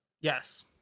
yes